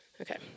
Okay